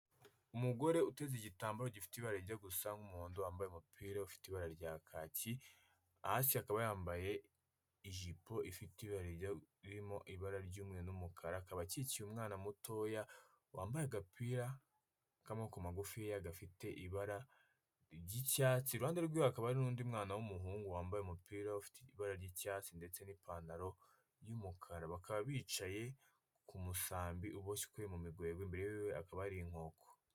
Umugore uteze igitambaro gifite ibara rijya gusa nk'umuhondo, wambaye umupira ufite ibara rya kaki, hasi akaba yambaye ijipo ifite ibara ririmo ibara ry'umweru n'umukara, akaba akikiye umwana mutoya wambaye agapira k'amaboko magufiya gafite ibara ry'icyatsi, iruhande rwe hakaba hari n'undi mwana w'umuhungu wambaye umupira ufite ibara ry'icyatsi ndetse n'ipantaro y'umukara. Bakaba bicaye ku musambi uboshywe mu migwegwe, imbere yiwe hakaba hari inkoko.